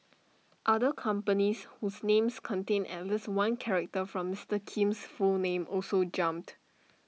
other companies whose names contained at least one character from Mister Kim's full name also jumped